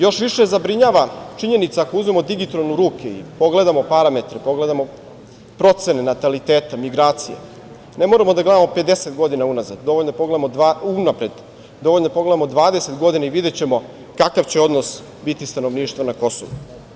Još više zabrinjava činjenica da ako uzmemo digitron u ruke i pogledamo parametre, pogledamo procene nataliteta, migracije, ne moramo da gledamo 50 godina unapred, dovoljno je da pogledamo 20 godina i videćemo kakav će odnos biti stanovništva na Kosovu.